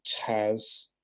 Taz